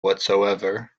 whatsoever